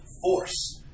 force